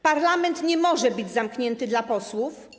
Parlament nie może być zamknięty dla posłów.